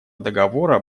договора